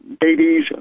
babies